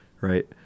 right